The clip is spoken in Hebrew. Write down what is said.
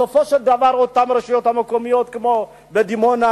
בסופו של דבר אותן רשויות מקומיות כמו דימונה,